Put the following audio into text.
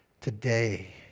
today